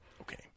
Okay